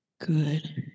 good